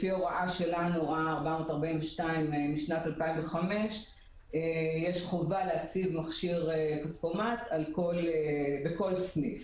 לפי הוראה 442 שלנו משנת 2005 יש חובה להציב מכשיר כספומט בכל סניף.